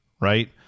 right